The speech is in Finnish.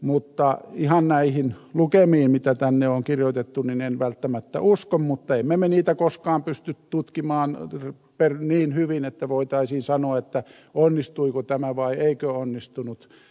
mutta ihan näihin lukemiin mitä tänne on kirjoitettu en välttämättä usko mutta emme me niitä koskaan pysty tutkimaan niin hyvin että voitaisiin sanoa onnistuiko tämä vai eikö onnistunut